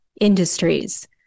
industries